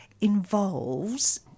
involves